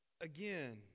again